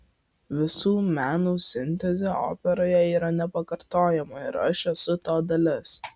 visų menų sintezė operoje yra nepakartojama ir aš esu to dalis